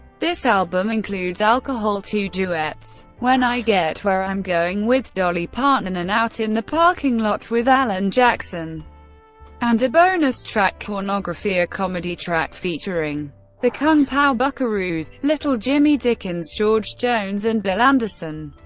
this album includes alcohol, two duets when i get where i'm going with dolly parton and out in the parking lot with alan jackson and a bonus track, cornography, a comedy track featuring the kung pao buckaroos little jimmy dickens, george jones, and bill anderson.